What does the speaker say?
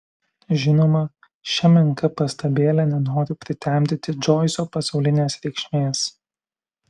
žinoma šia menka pastabėle nenoriu pritemdyti džoiso pasaulinės reikšmės